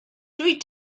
dwyt